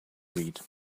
read